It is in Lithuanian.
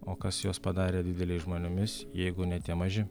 o kas juos padarė dideliais žmonėmis jeigu ne tie maži